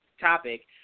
topic